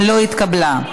לא התקבלה.